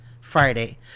Friday